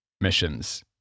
missions